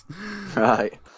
Right